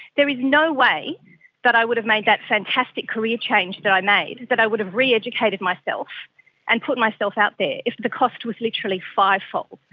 there is no way that i would have made that fantastic career change that i made, that i would have re-educated myself and put myself out there, if the cost was literally five-fold.